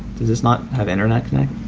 does this not have internet connect?